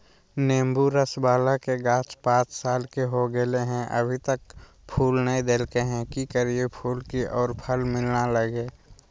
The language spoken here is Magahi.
नेंबू रस बाला के गाछ पांच साल के हो गेलै हैं अभी तक फूल नय देलके है, की करियय की फूल और फल मिलना लगे?